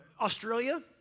Australia